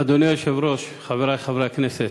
אדוני היושב-ראש, חברי חברי הכנסת,